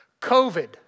COVID